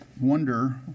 wonder